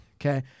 Okay